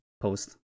post